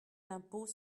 l’impôt